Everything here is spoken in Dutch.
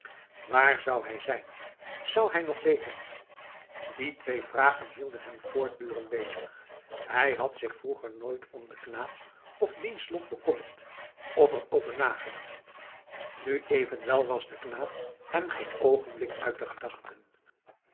waar zou hij zijn zou hij nog leven die twee vragen hielden hem voortdurend bezig hij had zich vroeger nooit om den jongen of diens lot bekommerd of er over nagedacht nu evenwel was de knaap hem geen oogenblik uit de gedachten